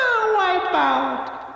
Wipeout